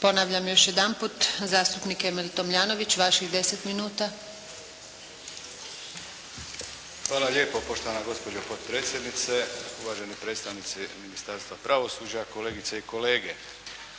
ponavljam još jedanput, zastupnik Emil Tomljanović, vaših 10 minuta. **Tomljanović, Emil (HDZ)** Hvala lijepo, poštovana gospođo potpredsjednice, uvaženi predstavnici Ministarstva pravosuđa, kolegice i kolege.